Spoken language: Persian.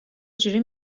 جوری